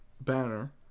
banner